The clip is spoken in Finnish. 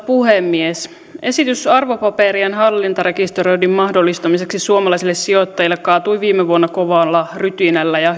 puhemies esitys arvopaperien hallintarekisteröinnin mahdollistamiseksi suomalaisille sijoittajille kaatui viime vuonna kovalla rytinällä ja